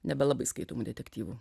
nebelabai skaitomų detektyvų